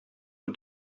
who